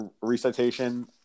recitation